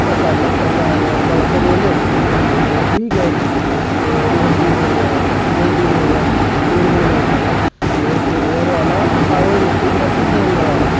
کل کل آئے گا مطلب ایسے بولے پھر میں نے بولا ٹھیک ہے پھر ایک دن ہو گیا دو دن ہو گیا تین دن ہو گیا وہ کورئیر والا آیا ہی نہیں پھر میں پھر فون لگایا